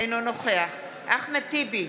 אינו נוכח אחמד טיבי,